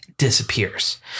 disappears